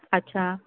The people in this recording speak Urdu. اچھا